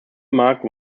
marked